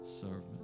servant